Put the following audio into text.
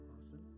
Awesome